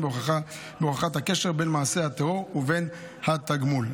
בהוכחת הקשר בין מעשה הטרור ובין התגמול.